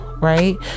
right